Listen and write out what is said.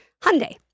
Hyundai